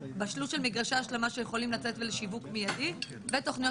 בשלות של מגרשי השלמה שיכולים לצאת לשיווק מיידי ותוכניות